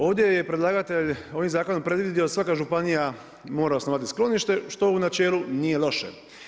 Ovdje je predlagatelj ovim zakonom predvidio da svaka županija mora osnovati sklonište, što u načelu nije loše.